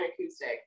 acoustic